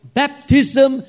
baptism